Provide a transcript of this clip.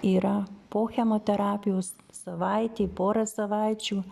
yra po chemoterapijos savaitei porą savaičių